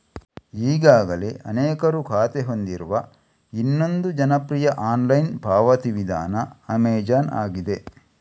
ಈಗಾಗಲೇ ಅನೇಕರು ಖಾತೆ ಹೊಂದಿರುವ ಇನ್ನೊಂದು ಜನಪ್ರಿಯ ಆನ್ಲೈನ್ ಪಾವತಿ ವಿಧಾನ ಅಮೆಜಾನ್ ಆಗಿದೆ